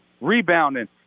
Rebounding